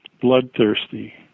bloodthirsty